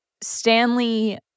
Stanley